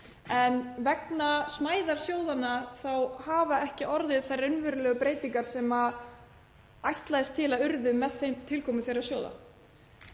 en vegna smæðar sjóðanna þá hafa ekki orðið þær raunverulegu breytingar sem ætlast var til að yrðu með tilkomu þeirra sjóða.